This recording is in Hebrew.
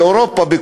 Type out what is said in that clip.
באירופה,